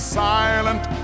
silent